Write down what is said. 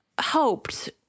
hoped